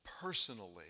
personally